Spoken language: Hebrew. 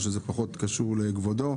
שזה פחות קשור לכבודו.